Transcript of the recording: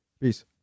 Peace